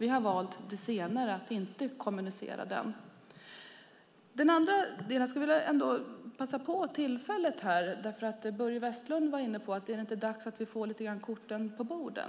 Vi har valt det senare, att inte kommunicera detta. Börje Vestlund var inne på om det inte är dags att lite grann få korten på bordet.